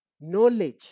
knowledge